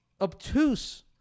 obtuse